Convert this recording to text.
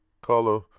color